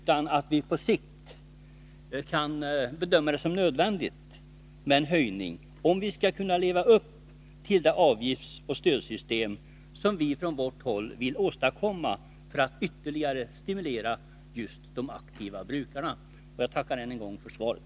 Man måste nog göra den bedömningen att det på sikt kommer att bli nödvändigt med en höjning av skogsvårdsavgiften, om vi skall kunna klara det avgiftsoch stödsystem som vi från vårt håll vill åstadkomma för att ytterligare stimulera just de aktiva skogsbrukarna. Jag tackar statsrådet ännu en gång för svaret.